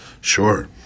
Sure